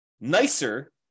nicer